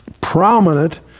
prominent